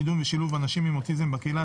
קידום ושילוב אנשים עם אוטיזם בקהילה,